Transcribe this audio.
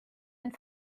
end